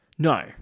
No